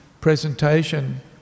presentation